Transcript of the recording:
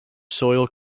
soil